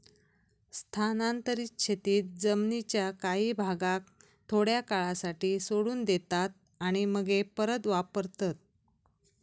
स्थानांतरीत शेतीत जमीनीच्या काही भागाक थोड्या काळासाठी सोडून देतात आणि मगे परत वापरतत